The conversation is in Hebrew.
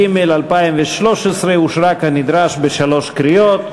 התשע"ג 2013, אושרה כנדרש בשלוש קריאות.